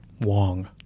Wong